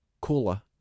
Cola